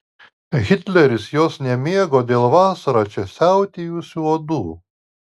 hitleris jos nemėgo dėl vasarą čia siautėjusių uodų